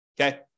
okay